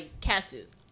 catches